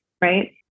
right